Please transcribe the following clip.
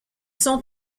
sont